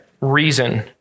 reason